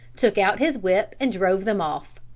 took out his whip and drove them off.